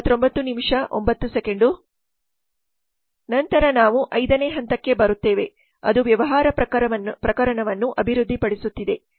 ನಂತರ ನಾವು 5 ನೇ ಹಂತಕ್ಕೆ ಬರುತ್ತೇವೆ ಅದು ವ್ಯವಹಾರ ಪ್ರಕರಣವನ್ನು ಅಭಿವೃದ್ಧಿಪಡಿಸುತ್ತಿದೆ